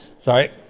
Sorry